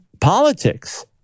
politics